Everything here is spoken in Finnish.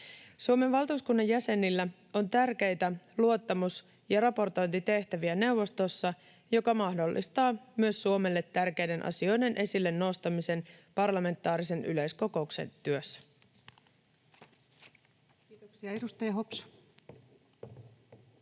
Suomen valtuuskunnan jäsenillä on tärkeitä luottamus- ja raportointitehtäviä neuvostossa, mikä mahdollistaa myös Suomelle tärkeiden asioiden esille nostamisen parlamentaarisen yleiskokouksen työssä. [Speech 236]